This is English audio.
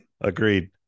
Agreed